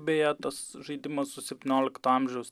beje tas žaidimas su septyniolikto amžiaus